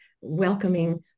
welcoming